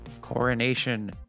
Coronation